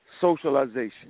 socialization